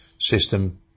system